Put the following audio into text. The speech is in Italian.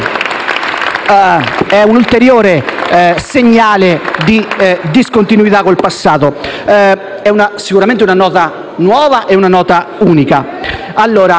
è un ulteriore segnale di discontinuità con il passato ed è sicuramente una nota nuova, una nota unica.